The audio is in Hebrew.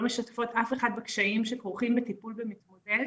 משתפות אף אחד בקשיים שכרוכים בטיפול במתמודד